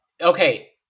Okay